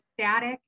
static